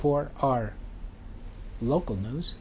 for our local news